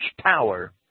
power